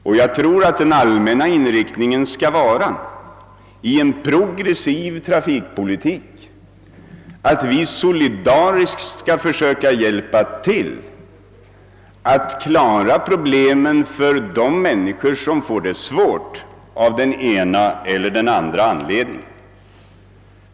En progressiv trafikpolitiks allmänna inriktning bör vara att samhället solidariskt skall försöka hjälpa till att klara problemen för de människor, som får det svårt av den ena eller den andra anledningen.